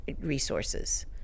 resources